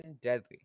deadly